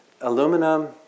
aluminum